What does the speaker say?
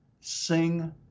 Sing